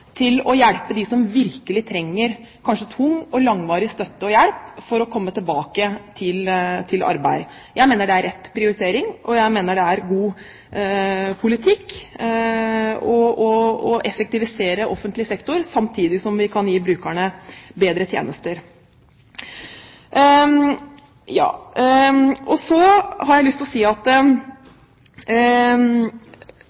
til å hjelpe dem som kanskje virkelig trenger tung og langvarig støtte og hjelp for å komme seg tilbake i arbeid. Jeg mener det er rett prioritering, og jeg mener det er god politikk å effektivisere offentlig sektor samtidig som vi kan gi brukerne bedre tjenester. Så har jeg lyst til å si at